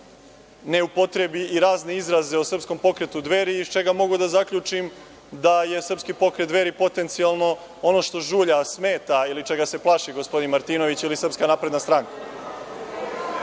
ne upotrebi i razne izraze o Srpskom pokretu „Dveri“, iz čega mogu da zaključim da je Srpski pokret „Dveri“ potencijalno ono što žulja, smeta ili čega se plaši gospodin Martinović ili SNS.Ono što